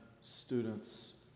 students